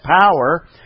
power